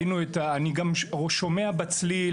אני שומע בצליל,